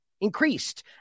increased